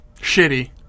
shitty